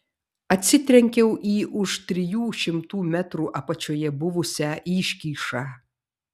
atsitrenkiau į už trijų šimtų metrų apačioje buvusią iškyšą